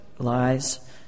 Lies